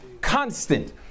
Constant